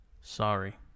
sorry